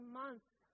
months